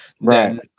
right